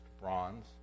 bronze